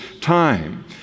time